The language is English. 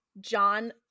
John